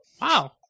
Wow